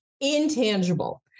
intangible